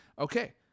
Okay